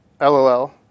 LOL